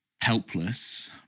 helpless